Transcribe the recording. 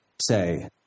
say